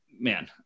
man